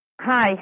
Hi